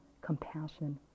compassion